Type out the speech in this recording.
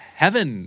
heaven